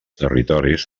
territoris